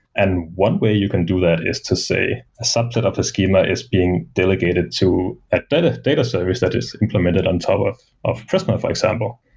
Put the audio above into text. and one way you can do that is to say a subset of the schema is being delegated to a data data service that is implemented on top of of prisma, for example.